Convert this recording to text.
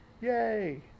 Yay